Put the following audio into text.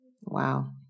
wow